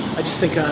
i just think ah